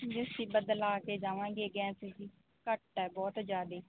ਜੀ ਅਸੀਂ ਬਦਲਾਅ ਕੇ ਜਾਵਾਂਗੇ ਗੈਸ ਜੀ ਘੱਟ ਹੈ ਬਹੁਤ ਜ਼ਿਆਦੇ